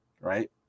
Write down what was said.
right